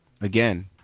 Again